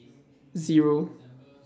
Zero